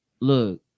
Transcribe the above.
look